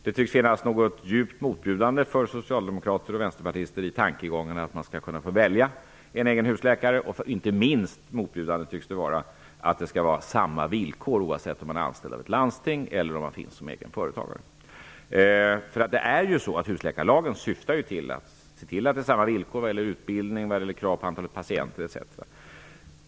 Det tycks finnas något djupt motbjudande för socialdemokrater och vänsterpartister i tankegången att man skall kunna få välja en egen husläkare. Inte minst tycks det vara motbjudande att det skall vara samma villkor, oavsett om man är anställd av ett landsting eller om man finns med som egen företagare. Husläkarlagen syftar ju till att det skall vara samma villkor vad gäller utbildning, krav på antalet patienter etc.